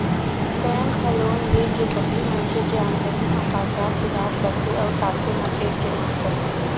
bank ह loan दे के पहिली मनखे के आमदनी अउ कागजात के जाँच करथे अउ साथे म चेक के मांग करथे